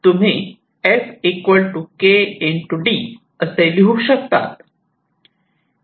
तुम्ही F k d असे लिहू शकतात